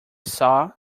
saw